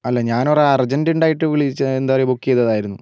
അല്ല ഞാനൊര് അർജൻറ്റുണ്ടായിട്ട് വിളിച്ച എന്താ പറയുക ബുക്ക് ചെയ്തതായിരുന്നു